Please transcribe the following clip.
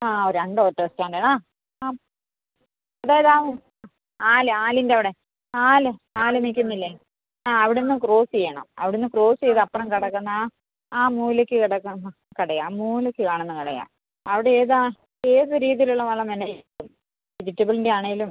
ആ രണ്ട് auto stand ആ ആ ഇതേതാ ആൽ ആലിൻ്റെ അവിടെ ആൽ ആൽ നിൽക്കുന്നില്ലേ ആ അവിടുന്ന് ക്രോസ് ചെയ്യണം അവിടുന്ന് ക്രോസ് ചെയ്ത് അപ്പുറം കടക്കണാ ആ മൂലക്ക് കിടക്കുന്ന കടയാ ആ മൂലക്ക് കാണുന്ന കടയാ അവിടെ ഏതാ ഏത് രീതിയിലുള്ള വളം വേണേ കിട്ടും വെജിറ്റബിൾൻ്റെ ആണേലും